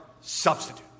substitute